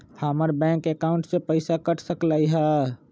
हमर bank account से पैसा कट सकलइ ह?